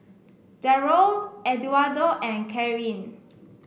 Darold Eduardo and Karyn